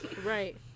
right